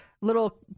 little